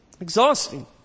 Exhausting